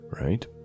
right